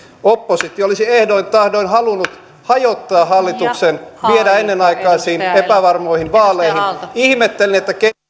oppositio olisi ehdoin tahdoin halunnut hajottaa hallituksen viedä ennenaikaisiin epävarmoihin vaaleihin ihmettelen